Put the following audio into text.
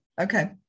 Okay